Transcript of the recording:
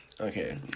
Okay